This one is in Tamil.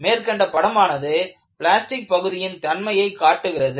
மேற்கண்ட படமானது பிளாஸ்டிக் பகுதியின் தன்மையை காட்டுகிறது